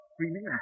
screaming